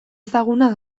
ezaguna